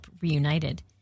reunited